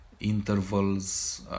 Intervals